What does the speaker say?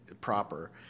proper